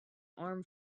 armed